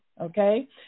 okay